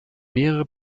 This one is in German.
mehrere